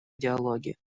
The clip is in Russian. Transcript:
диалоге